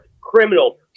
criminal